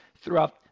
throughout